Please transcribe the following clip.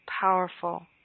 powerful